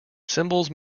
symbols